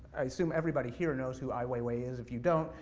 i assume everybody here knows who ai weiwei is, if you don't,